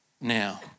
now